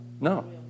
No